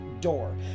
door